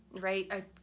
right